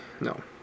No